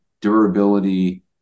durability